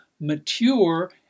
mature